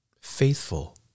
faithful